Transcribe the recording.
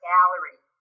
Gallery